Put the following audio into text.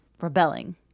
rebelling